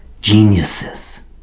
geniuses